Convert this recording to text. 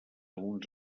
uns